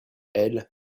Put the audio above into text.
elle